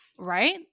Right